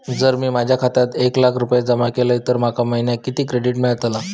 जर मी माझ्या खात्यात एक लाख रुपये जमा केलय तर माका महिन्याक कितक्या क्रेडिट मेलतला?